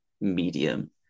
medium